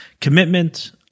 Commitment